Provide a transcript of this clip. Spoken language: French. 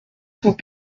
cent